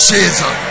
Jesus